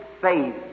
faith